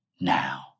now